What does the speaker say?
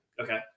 Okay